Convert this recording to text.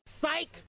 Psych